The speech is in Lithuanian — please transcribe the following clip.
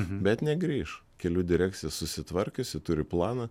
bet negrįš kelių direkcija susitvarkiusi turi planą